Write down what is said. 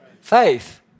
Faith